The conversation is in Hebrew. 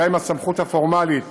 גם אם הסמכות הפורמלית